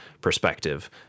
perspective